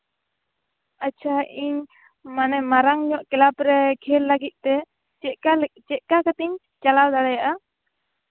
ᱟᱪᱪᱷᱟ ᱤᱧ ᱢᱟᱨᱟᱝ ᱧᱚᱜ ᱠᱮᱞᱟᱵᱽᱨᱮ ᱠᱷᱮᱞ ᱞᱟᱹᱜᱤᱫᱛᱮ ᱪᱮᱫᱠᱟ ᱪᱮᱫᱠᱟ ᱠᱟᱛᱮᱜ ᱤᱧ ᱪᱟᱞᱟᱣ ᱫᱟᱲᱮᱭᱟᱜᱼᱟ